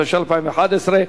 התשע"א 2011,